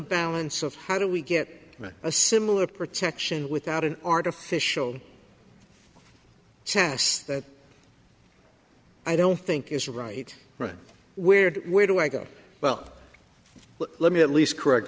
balance of how do we get a similar protection without an artificial chasse that i don't think is right right where where do i go well let me at least correct